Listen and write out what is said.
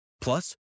Plus